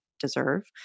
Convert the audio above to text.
deserve